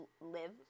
live